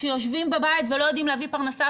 שיושבים בבית ולא יודעים להביא פרנסה,